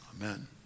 Amen